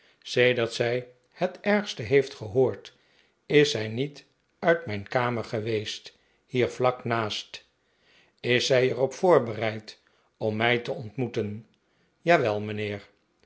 sedert zij het ergste heeft gehoord is zij niet uit mijn kamer geweest hier vlak naast rs zij er op voorbereid om mij te ontmoeten jawel mijnheer